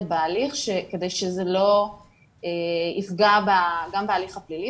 בהליך כדי שזה לא יפגע גם בהליך הפלילי,